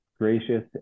gracious